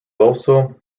also